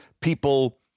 people